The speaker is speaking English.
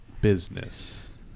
business